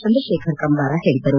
ಚಂದ್ರಶೇಖರ್ ಕಂಬಾರ ಹೇಳಿದರು